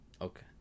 Okay